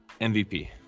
mvp